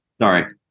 Sorry